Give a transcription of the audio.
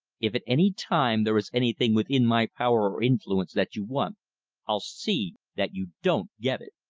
if at any time there is anything within my power or influence that you want i'll see that you don't get it.